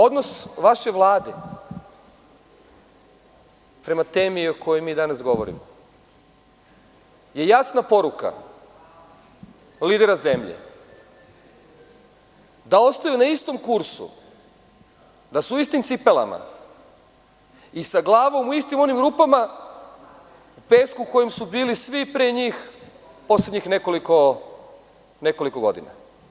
Odnos vaše Vlade prema temi o kojoj mi danas govorimo je jasna poruka lidera zemlje da ostaju na istom kursu, da su u istim cipelama i sa glavom u istim onim rupama, u pesku u kojem su bili svi pre njih poslednjih nekoliko godina.